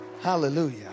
Hallelujah